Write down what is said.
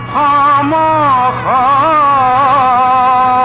aa